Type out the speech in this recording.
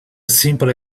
simple